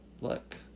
look